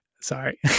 Sorry